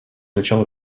начало